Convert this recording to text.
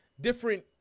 different